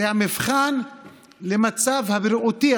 זה המבחן של המצב הבריאותי,